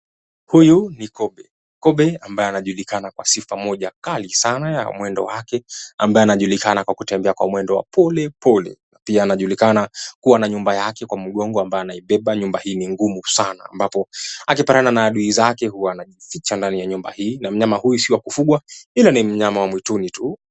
Huyu ni kobe, mnyama anayejulikana kwa sifa moja kuu sana ya mwendo wake wa polepole. Pia anajulikana kwa kuwa na nyumba yake mgongoni ambayo hubeba. Nyumba hii ni ngumu sana, na akipatana na adui zake huwa anajificha ndani yake. Mnyama huyu si wa kufugwa, bali ni mnyama wa mwituni tu.